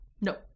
No